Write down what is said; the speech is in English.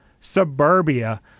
suburbia